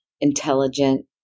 intelligent